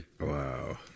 Wow